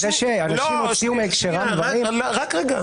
זה שאנשים הוציאו מהקשרם דברים --- רק רגע.